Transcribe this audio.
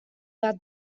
bat